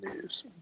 news